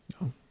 No